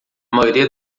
maioria